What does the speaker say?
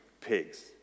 pigs